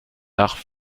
nach